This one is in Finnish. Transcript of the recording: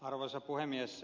arvoisa puhemies